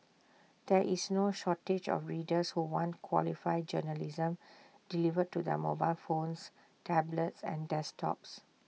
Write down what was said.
there is no shortage of readers who want quality journalism delivered to their mobile phones tablets and desktops